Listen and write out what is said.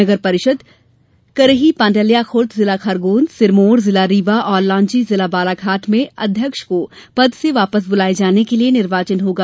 नगर परिषद् करही पांडल्याखुर्द जिला खरगोन सिरमोर जिला रीवा और लांजी जिला बालाघाट में अध्यक्ष को पद से वापस बुलाये जाने के लिए निर्वाचन होगा